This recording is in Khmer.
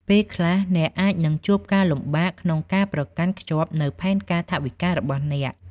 ពេលខ្លះអ្នកអាចនឹងជួបការលំបាកក្នុងការប្រកាន់ខ្ជាប់នូវផែនការថវិការបស់អ្នក។